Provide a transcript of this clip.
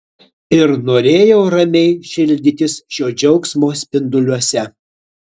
ir norėjau ramiai šildytis šio džiaugsmo spinduliuose